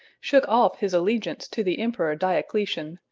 shook off his allegiance to the emperor diocletian,